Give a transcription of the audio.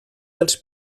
dels